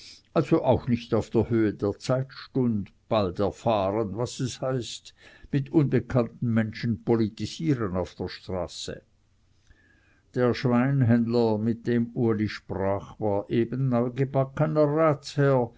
also auch nicht auf der höhe der zeit stund bald erfahren was es heißt mit unbekannten menschen politisieren auf der straße der schweinhändler mit dem uli sprach war eben neugebackener